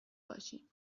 باشیم